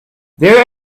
their